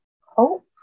hope